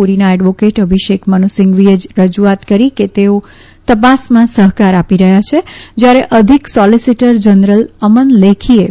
પુરીના advocate Abhishek Manu સિંઘવીએ રજૂઆત કરી કે તેઓ તપાસમાં સહકાર આપી રહ્યા છે જથારે અધિક સોલીસીટર જનરલ અમન લેખીએ